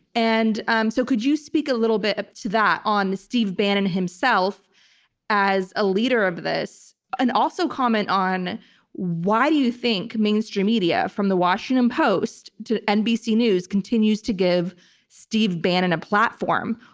and um so could you speak a little bit to that, on steve bannon himself as a leader of this, and also comment on why do you think mainstream media, from the washington post to nbc news, continues to give steve bannon a platform?